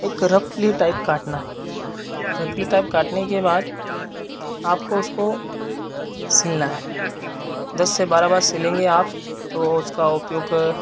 एक रफली टाइप काटना है रफली टाइप काटने के बाद आपको उसको सिलना है दस से बारह बार सिलेंगे आप तो उसका उपयोग